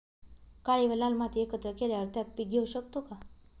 काळी व लाल माती एकत्र केल्यावर त्यात पीक घेऊ शकतो का?